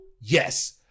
Yes